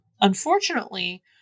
Unfortunately